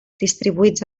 distribuïts